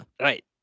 Right